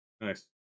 Nice